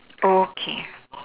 okay